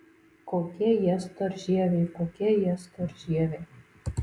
kokie jie storžieviai kokie jie storžieviai